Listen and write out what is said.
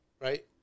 right